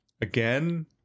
Again